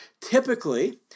Typically